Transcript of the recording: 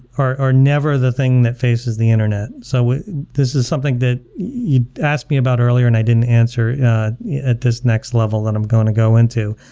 are never the thing that faces the internet. so this is something that you'd asked me about earlier and i didn't answer at this next level that i'm going to go into.